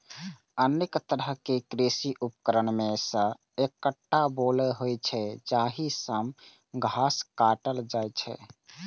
अनेक तरहक कृषि उपकरण मे सं एकटा बोलो होइ छै, जाहि सं घास काटल जाइ छै